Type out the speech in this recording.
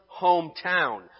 hometown